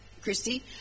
Christy